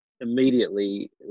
immediately